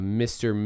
mr